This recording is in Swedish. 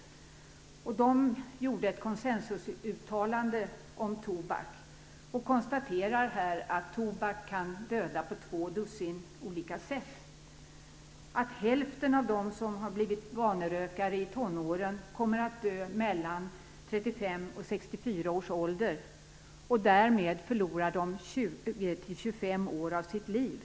Kommittén gjorde ett konsensusuttalande om tobak där man konstaterar att tobak kan döda på två dussin olika sätt och att hälften av dem som blivit vanerökare i tonåren kommer att dö mellan 35 och 64 års ålder. Därmed förlorar de 20-25 år av sitt liv.